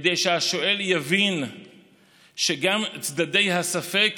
כדי שהשואל יבין שגם צדדי הספק